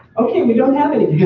okay, we don't have any.